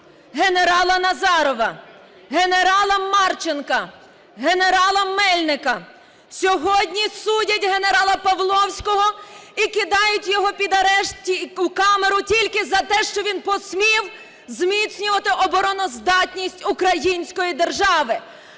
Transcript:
генерала Назарова, генерала Марченка, генерала Мельника. Сьогодні судять генерала Павловського і кидають його під арешт у камеру тільки за те, що він посмів зміцнювати обороноздатність української держави.